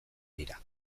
dira